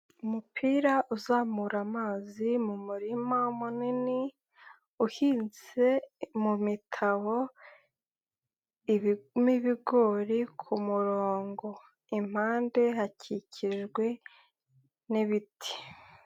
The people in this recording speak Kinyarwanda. Umupira uzamura amazi mu murima munini uhinze mu mitabo mo ibigori ku murongo, impande hakikijwe n'ibiti.